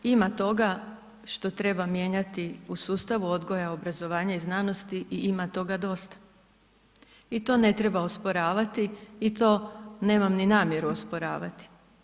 Ima toga što treba mijenjati u sustavu odgoja i obrazovanja i znanosti i ima toga dosta i to ne treba osporavati i to nemam ni namjeru osporavati.